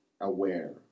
aware